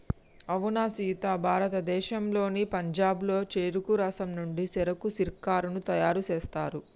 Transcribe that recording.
అవునా సీత భారతదేశంలోని పంజాబ్లో చెరుకు రసం నుండి సెరకు సిర్కాను తయారు సేస్తారు